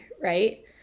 right